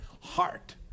heart